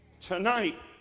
Tonight